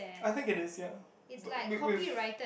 I think it is ya but we we've